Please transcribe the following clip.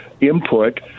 input